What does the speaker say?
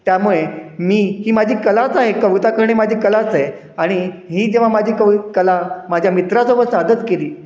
त्यामुळे मी ही माझी कलाच आहे कविता करणे माझी कलाच आहे आणि ही जेव्हा माझी कवि कला माझ्या मित्रासोबत सादर केली